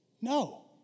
No